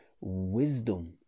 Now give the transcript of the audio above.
wisdom